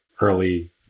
early